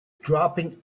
dropping